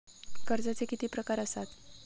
कर्जाचे किती प्रकार असात?